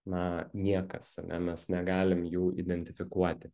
na niekas ane mes negalim jų identifikuoti